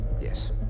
Yes